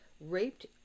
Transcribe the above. raped